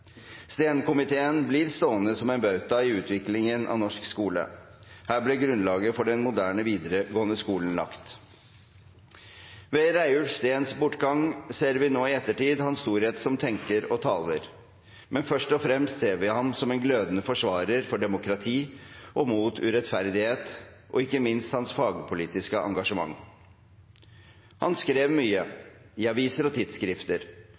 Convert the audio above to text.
blir stående som en bauta i utviklingen av norsk skole. Her ble grunnlaget for den moderne videregående skolen lagt. Ved Reiulf Steens bortgang ser vi nå i ettertid hans storhet som tenker og taler, men først og fremst ser vi ham som en glødende forsvarer for demokrati og mot urettferdighet og ikke minst hans fagligpolitiske engasjement. Han skrev mye i aviser og tidsskrifter.